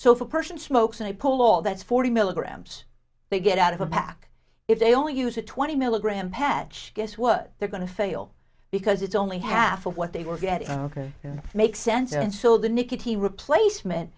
so if a person smokes and they pull all that's forty milligrams they get out of a pack if they only use a twenty milligram patch guess what they're going to fail because it's only half of what they were getting makes sense and so the nicotine replacement